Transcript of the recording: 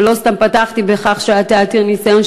ולא סתם פתחתי בכך שאתה עתיר ניסיון,